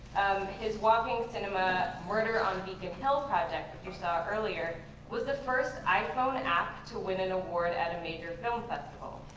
his walking cinema murder on beacon hill project that you saw earlier with the first iphone app to win an award at a major film festival.